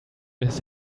his